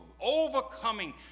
overcoming